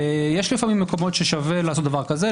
יש לפעמים מקומות ששווה לעשות דבר כזה.